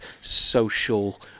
social